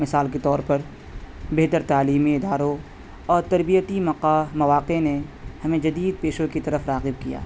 مثال کے طور پر بہتر تعلیمی اداروں اور تربیتی مواقع نے ہمیں جدید پیشوں کی طرف راغب کیا